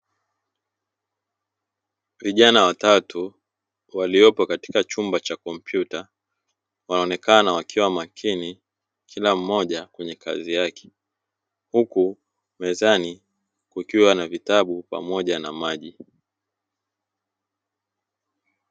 Vijana watatu waliopo katika chumba cha kompyuta, wanaonekana wakiwa makini, kila mmoja kwenye kazi yake. Huku mezani kukiwa na vitabu pamoja na maji.